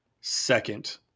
second